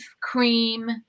cream